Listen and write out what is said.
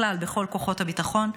בכלל בכל כוחות הביטחון,